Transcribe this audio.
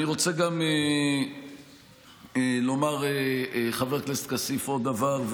אני רוצה גם לומר עוד דבר,